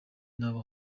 nabo